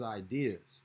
ideas